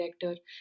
director